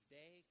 day